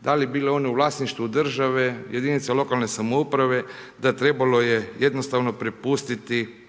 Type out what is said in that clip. da li bili oni u vlasništvu države, jedinica lokalne samouprave da trebalo je jednostavno prepustiti